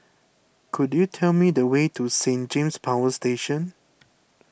could you tell me the way to Saint James Power Station